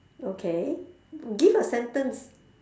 okay give a sentence